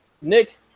Nick